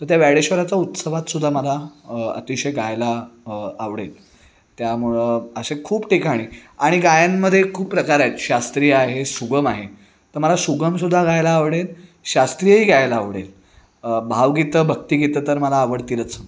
तर त्या व्याडेश्वराचा उत्सवात सुद्धा मला अतिशय गायला आवडेल त्यामुळं असे खूप ठिकाणी आणि गायनमध्ये खूप प्रकार आहेत शास्त्रीय आहे सुगम आहे तर मला सुगमसुद्धा गायला आवडेल शास्त्रीयही गायला आवडेल भावगीतं भक्तिगीतं तर मला आवडतीलच